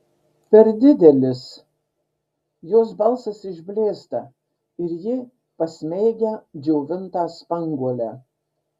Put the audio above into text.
per didelis jos balsas išblėsta ir ji pasmeigia džiovintą spanguolę